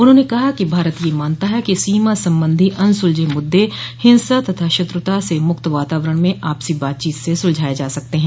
उन्होंने कहा कि भारत यह मानता है कि सीमा संबंधी अनसुलझ मुद्दे हिंसा तथा शत्रुता से मुक्त वातावरण में आपसी बातचीत से सुलझाये जा सकते हैं